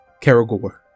Caragor